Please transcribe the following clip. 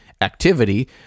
activity